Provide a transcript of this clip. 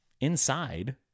inside